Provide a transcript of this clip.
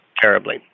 terribly